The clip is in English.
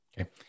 Okay